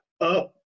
up